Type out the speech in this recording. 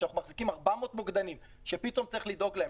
כשאנחנו מחזיקים 400 מוקדנים שפתאום צריך לדאוג להם